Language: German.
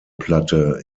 platte